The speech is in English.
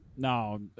No